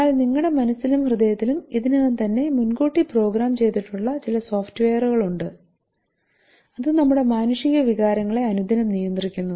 എന്നാൽ നിങ്ങളുടെ മനസ്സിലും ഹൃദയത്തിലും ഇതിനകം തന്നെ മുൻകൂട്ടി പ്രോഗ്രാം ചെയ്തിട്ടുള്ള ചില സോഫ്റ്റ്വെയറുകൾ ഉണ്ട് അത് നമ്മുടെ മാനുഷിക വികാരങ്ങളെ അനുദിനം നിയന്ത്രിക്കുന്നു